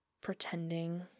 pretending